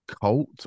cult